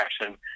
action